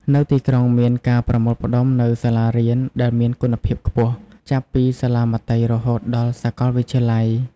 នៅទីក្រុងមានការប្រមូលផ្តុំនូវសាលារៀនដែលមានគុណភាពខ្ពស់ ចាប់ពីសាលាមត្តេយ្យរហូតដល់សាកលវិទ្យាល័យ។